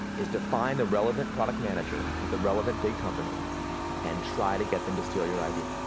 is to find the relevant product manager at the relevant big company and try to get them to steal your idea.